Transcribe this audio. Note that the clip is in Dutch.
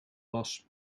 was